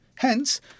Hence